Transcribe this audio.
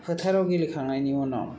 फोथाराव गेलेखांनायनि उनाव